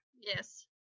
Yes